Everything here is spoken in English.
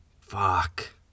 Fuck